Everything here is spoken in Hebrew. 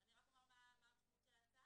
אני רק אומר מה המשמעות של ההצעה.